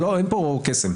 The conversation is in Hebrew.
אין פה קסם.